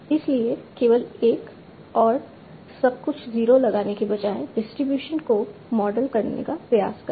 इसलिए केवल 1 और सब कुछ 0 लगाने के बजाय डिस्ट्रीब्यूशन को मॉडल करने का प्रयास करें